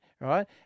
right